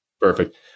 Perfect